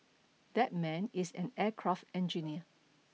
that man is an aircraft engineer